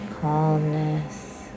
calmness